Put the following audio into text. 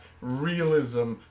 realism